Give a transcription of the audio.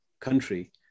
country